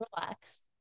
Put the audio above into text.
Relax